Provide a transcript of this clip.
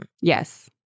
Yes